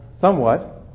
somewhat